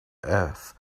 earth